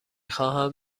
خواهم